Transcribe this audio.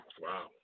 Wow